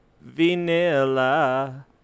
Vanilla